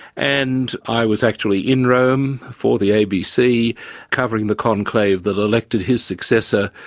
and i was actually in rome for the abc covering the conclave that elected his successor,